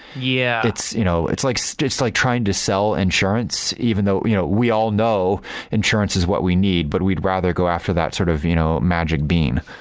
yeah it's you know it's like so like trying to sell insurance even though you know we all know insurance is what we need, but we'd rather go after that sort of you know magic bean.